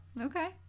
Okay